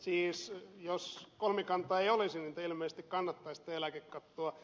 siis jos kolmikantaa ei olisi niin te ilmeisesti kannattaisitte eläkekattoa